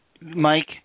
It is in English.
Mike